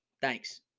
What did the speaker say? Thanks